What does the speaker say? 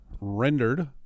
rendered